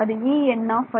அது En